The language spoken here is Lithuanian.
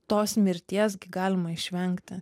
tos mirties gi galima išvengti